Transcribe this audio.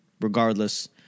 regardless